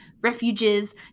refuges